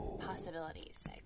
possibilities